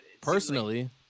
Personally